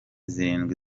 zirindwi